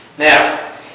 Now